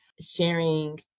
sharing